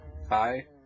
Hi